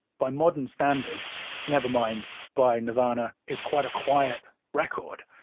by modern standards, nevermind by nirvana is quite a quiet record.